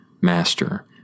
Master